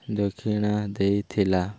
ଦକ୍ଷିଣା ଦେଇଥିଲା